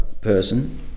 person